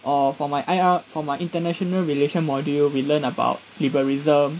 or for my I_R for my international relation module we learn about liberalism